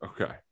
Okay